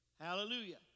Hallelujah